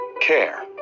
Care